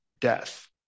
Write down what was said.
Death